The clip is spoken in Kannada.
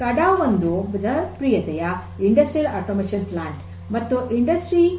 ಸ್ಕಾಡಾ ಒಂದು ಜನಪ್ರಿಯತೆಯ ಇಂಡಸ್ಟ್ರಿಯಲ್ ಆಟೋಮೇಷನ್ ಪ್ಲಾಂಟ್ ಮತ್ತು ಇಂಡಸ್ಟ್ರಿ ೪